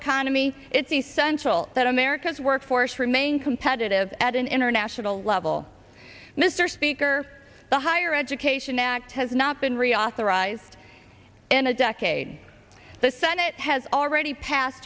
economy it's essential that america's workforce remain competitive at an international level mr speaker the higher education act has not been reauthorized in a decade the senate has already passed